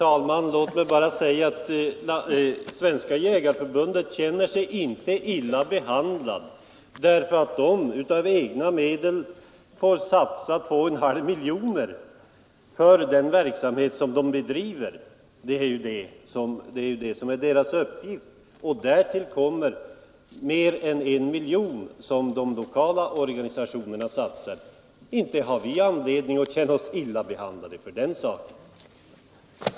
Herr talman! Svenska jägareförbundet känner sig inte illa behandlat därför att man av egna medel får satsa 2,5 miljoner kronor för sin verksamhet. Det är ju dess uppgift. Därtill kommer mer än 1 miljon kronor som de lokala organisationerna satsar. Inte har vi anledning att känna oss illa behandlade för den sakens skull.